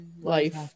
Life